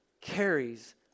carries